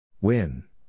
Win